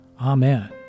Amen